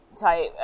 type